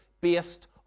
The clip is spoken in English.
based